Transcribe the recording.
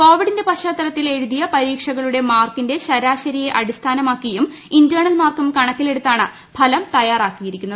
കോവിഡിന്റെ പശ്ചാത്തലത്തിൽ എഴുതിയ പരീക്ഷകളുടെ മാർക്കിന്റെ ശരാശരിയെ അടിസ്ഥാന മാക്കിയും ഇന്റേണൽ മാർക്കും കണ്ടക്കിലെടുത്താണു ഫലം തയാറാക്കിയിരിക്കുന്നത്